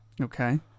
Okay